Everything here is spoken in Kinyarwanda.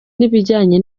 n’ibijyanye